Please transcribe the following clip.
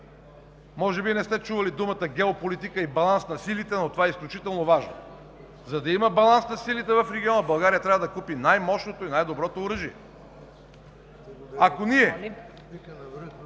Може би не сте чували думата „геополитика“ и баланс на силите, но това е изключително важно. За да има баланс на силите в региона, България трябва да купи най мощното и най-доброто оръжие. Ако ние